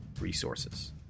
resources